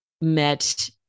met